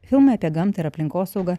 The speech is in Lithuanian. filmai apie gamtą ir aplinkosaugą